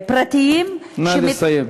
הפרטיים, נא לסיים.